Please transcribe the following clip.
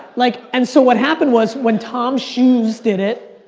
like and so what happened was, when tom's shoes did it,